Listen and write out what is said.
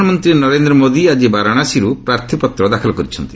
ପ୍ରଧାନମନ୍ତ୍ରୀ ନରେନ୍ଦ୍ର ମୋଦି ଆଜି ବାରାଣସୀରୁ ପ୍ରାର୍ଥୀପତ୍ର ଦାଖଲ କରିଛନ୍ତି